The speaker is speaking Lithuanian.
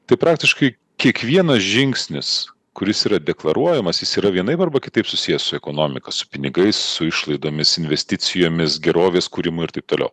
tai praktiškai kiekvienas žingsnis kuris yra deklaruojama jis yra vienaip arba kitaip susijęs su ekonomika su pinigais su išlaidomis investicijomis gerovės kūrimu ir taip toliau